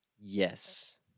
Yes